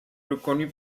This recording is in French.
reconnu